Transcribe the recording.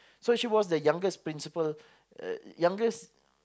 so she was the youngest principal uh youngest